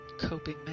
Coping